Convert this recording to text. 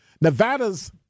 Nevada's